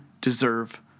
deserve